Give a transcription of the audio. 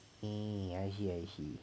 um I see I see